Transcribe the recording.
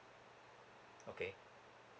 okay